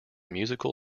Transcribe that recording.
musical